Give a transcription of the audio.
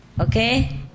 okay